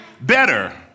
Better